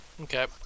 Okay